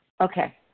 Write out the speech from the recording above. Okay